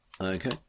Okay